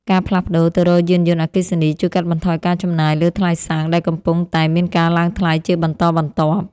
ការផ្លាស់ប្តូរទៅរកយានយន្តអគ្គិសនីជួយកាត់បន្ថយការចំណាយលើថ្លៃសាំងដែលកំពុងតែមានការឡើងថ្លៃជាបន្តបន្ទាប់។